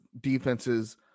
defenses